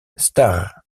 starr